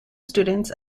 students